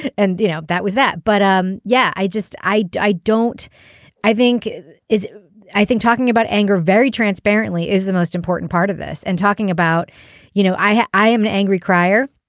and you know that was that. but um yeah i just i i don't i think is i think talking about anger very transparently is the most important part of this and talking about you know i i am an angry crier.